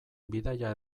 bidaia